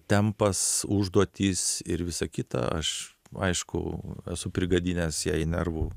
tempas užduotys ir visa kita aš aišku esu prigadinęs jai nervų